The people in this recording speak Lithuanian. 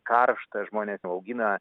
karšta žmonės augina